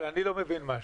אבל אני לא מבין משהו.